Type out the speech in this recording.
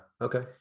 okay